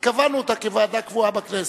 קבענו אותה כוועדה קבועה בכנסת,